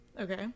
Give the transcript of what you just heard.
okay